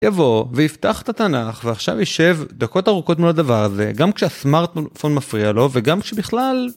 יבוא, ויפתח את התנ״ך, ועכשיו יישב דקות ארוכות מול הדבר הזה, גם כשהסמארטפון מפריע לו, וגם כשבכלל...